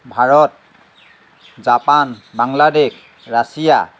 Bharat Japan Bangladesh Russia